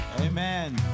Amen